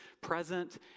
present